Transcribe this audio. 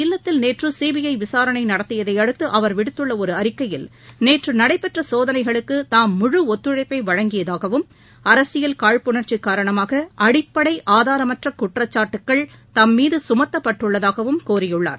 இல்லத்தில் நேற்று சிபிஐ விசாரணை நடத்தியதையடுத்து அவர் விடுத்துள்ள ஒரு தமது அறிக்கையில் நேற்று நடைபெற்ற சோதனைக்கு தாம் முழு ஒத்துழைப்பை வழங்கியதாகவும் அரசியல் காழ்ப்புணர்ச்சி காரணமாக அடிப்படை ஆதாரமற்ற குற்றச்சாட்டுகள் தம்மீது கமத்தப்பட்டுள்ளதாகவும் கூறியுள்ளார்